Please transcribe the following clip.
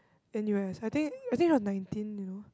N_U_S I think I think she was nineteen you know